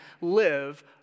live